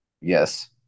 Yes